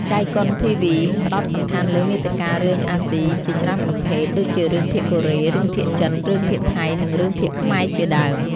ចៃកុនធីវី (jaikonTV) ផ្ដោតសំខាន់លើ មាតិការឿងអាស៊ីជាច្រើនប្រភេទ ដូចជារឿងភាគកូរ៉េ រឿងភាគចិន រឿងភាគថៃ និងរឿងភាគខ្មែរជាដើម។